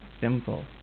Simple